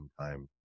sometime